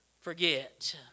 forget